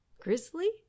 Grizzly